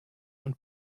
und